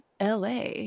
LA